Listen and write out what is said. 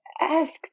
ask